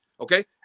Okay